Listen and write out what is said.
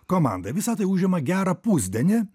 komanda visa tai užima gerą pusdienį